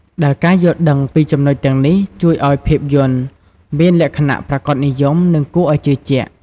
ដែលការយល់ដឹងពីចំណុចទាំងនេះជួយឲ្យភាពយន្តមានលក្ខណៈប្រាកដនិយម និងគួរឲ្យជឿជាក់។